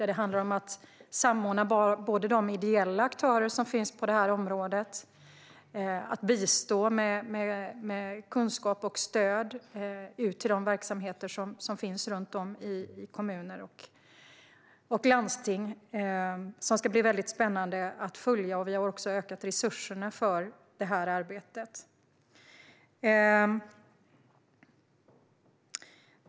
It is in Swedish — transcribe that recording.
Det handlar om att samordna de ideella aktörer som finns på området och att bistå med kunskap och stöd till de verksamheter som finns runt om i kommuner och landsting. Det ska bli väldigt spännande att följa det. Vi har också ökat resurserna för det arbetet.